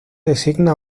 designa